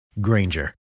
Granger